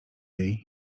jej